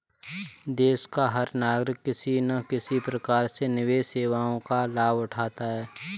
देश का हर नागरिक किसी न किसी प्रकार से निवेश सेवाओं का लाभ उठाता है